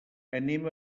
anem